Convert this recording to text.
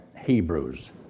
Hebrews